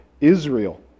Israel